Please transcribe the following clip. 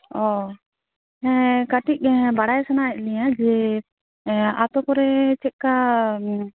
ᱚ ᱦᱮᱸ ᱠᱟᱹᱴᱤᱡ ᱵᱟᱲᱟᱭ ᱥᱟᱱᱟᱭᱮᱫ ᱞᱤᱧᱟᱹ ᱡᱮ ᱟᱹᱛᱩ ᱠᱚᱨᱮ ᱪᱮᱫᱞᱮᱠᱟ